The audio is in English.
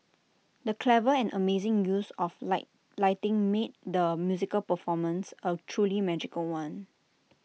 the clever and amazing use of light lighting made the musical performance A truly magical one